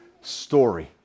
story